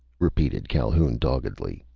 repeated calhoun doggedly,